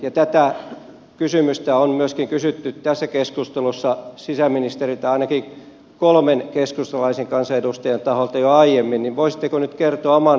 kun tätä kysymystä on myöskin kysytty tässä keskustelussa sisäministeriltä ainakin kolmen keskustalaisen kansanedustajan taholta jo aiemmin niin voisitteko nyt kertoa oman näkemyksenne